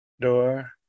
door